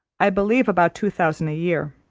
i believe about two thousand a year.